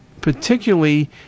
particularly